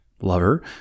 lover